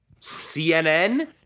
CNN